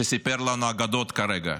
שסיפר לנו אגדות כרגע,